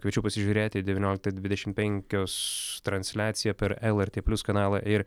kviečiu pasižiūrėti devynioliktą dvidešim penkios transliaciją per lrt plius kanalą ir